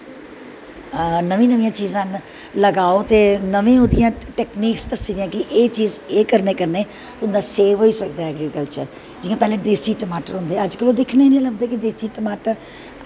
नमीं नमीं चीज़ां लगाओ ते नमीं ओह्दी टैकनीकस दस्सी दियां कि एह् करनैं कन्नै तुंदा सेफ होई सकदा ऐ ऐग्रीकल्चर जियां पैह्लैं देस्सी टमाटर होंदे गहे अज्ज कल ओह् दिक्खने गी नी लब्भदे देस्सी टमाटर